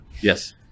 Yes